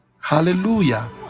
Hallelujah